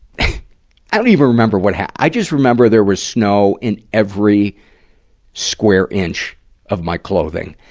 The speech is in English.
i don't even remember what ha i just remember there was snow in every square inch of my clothing.